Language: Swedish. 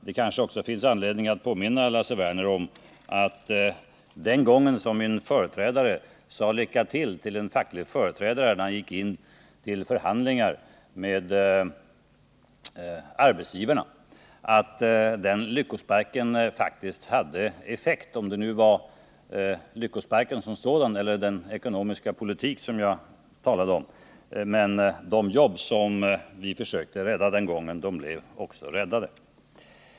Det kanske också finns anledning att påminna Lasse Werner om att den gången som min företrädare sade ”lycka till” till en facklig företrädare, när denne gick in till förhandlingar med arbetsgivarna, hade den lyckosparken faktiskt effekt. Om det nu var lyckosparken som sådan eller de mer konkreta regeringsinsatserna som hade effekt kan jag låta vara osagt, men de jobb som vi försökte rädda den gången blev också räddade.